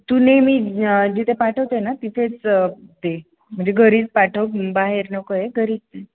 तु नेहमी जिथे पाठवतेय ना तिथेच दे म्हणजे घरीच पाठव बाहेर नको आहे घरीच